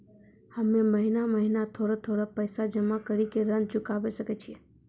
हम्मे महीना महीना थोड़ा थोड़ा पैसा जमा कड़ी के ऋण चुकाबै सकय छियै?